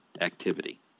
activity